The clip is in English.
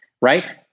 right